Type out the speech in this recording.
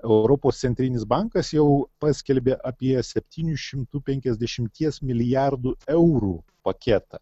europos centrinis bankas jau paskelbė apie septynių šimtų penkiasdešimties milijardų eurų paketą